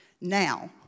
Now